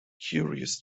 curious